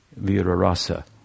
Virarasa